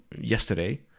yesterday